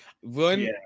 one